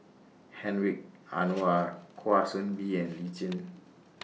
Hedwig Anuar Kwa Soon Bee and Lee Tjin